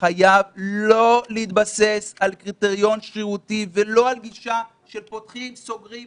חייב לא להתבסס על קריטריון שרירותי ולא על גישה של פותחים וסוגרים,